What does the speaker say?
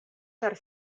per